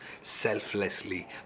selflessly